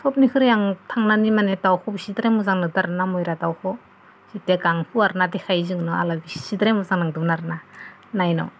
सबनिख्रुय आं थांनानै माने दाउखौ बांद्राय मोजां नांदोमोन आरोना मयराना दाउखौष जिथिया गां फुवारना देखायो जोंनो बांद्राय मोजां नांदोमोन आरोना नायनो